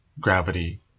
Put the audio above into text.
gravity